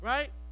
Right